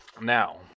Now